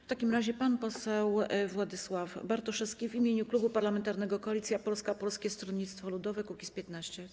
W takim razie pan poseł Władysław Bartoszewski w imieniu Klubu Parlamentarnego Koalicja Polska - Polskie Stronnictwo Ludowe - Kukiz15.